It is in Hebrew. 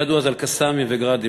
לא ידעו אז על "קסאמים" ו"גראדים",